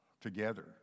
together